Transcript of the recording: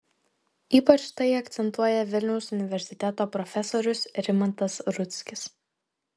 ypač tai akcentuoja vilniaus universiteto profesorius rimantas rudzkis